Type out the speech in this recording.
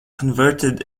converted